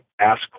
ask